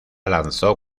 lanzó